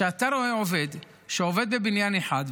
כשאתה רואה עובד שעובד בבניין אחד,